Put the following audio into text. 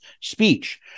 speech